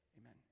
amen